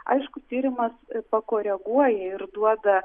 aišku tyrimas pakoreguoja ir duoda